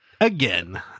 again